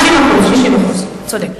60%. 60%. צודק.